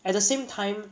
at the same time